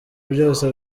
byose